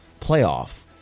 playoff